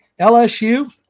LSU